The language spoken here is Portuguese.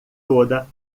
toda